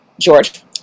George